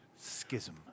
schism